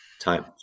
time